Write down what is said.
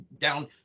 down